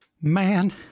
Man